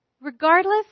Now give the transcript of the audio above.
regardless